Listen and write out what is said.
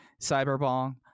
Cyberbong